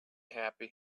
happy